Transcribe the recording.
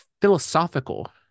philosophical